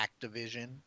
Activision